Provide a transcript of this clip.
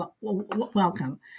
welcome